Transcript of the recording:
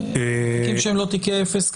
בתיקים שהם לא תיקי אפס,